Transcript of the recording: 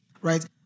right